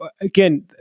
again